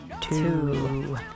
two